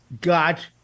got